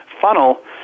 funnel